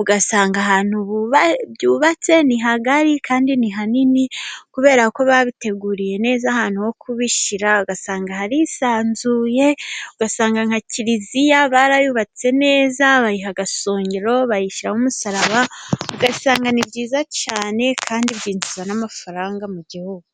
Ugasanga ahantu byubatse ni hagari kandi ni hanini kubera ko babiteguriye neza ahantu ho kubishyira, ugasanga harisanzuye. Ugasanga nka kiliziya barayubatse neza bayiha agasongero bayishyiraho kumusaraba. Ugasanga ni byiza cyane kandi byinjiza n'amafaranga mu gihugu.